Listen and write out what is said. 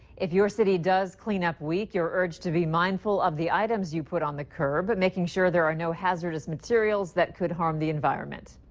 if you're city does clean-up week, you're urged to be mindful of the items you put on the curb. but making sure there are no hazardous materials that could harm the environment.